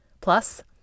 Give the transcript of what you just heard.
Plus